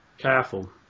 careful